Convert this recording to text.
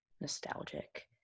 nostalgic